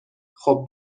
خوب